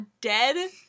dead